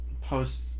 post